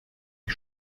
ich